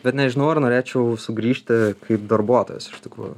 bet nežinau ar norėčiau sugrįžti kaip darbuotojas iš tikrųjų